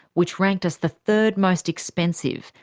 which ranked us the third most expensive,